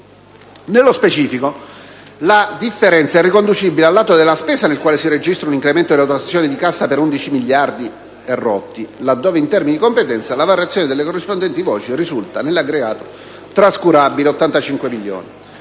Nello specifico, la differenza è riconducibile al lato della spesa, nel quale si registra un incremento delle dotazioni di cassa per 11.334 milioni, laddove in termini di competenza la variazione delle corrispondenti voci risulta nell'aggregato trascurabile (85 milioni).